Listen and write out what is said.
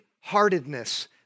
heartedness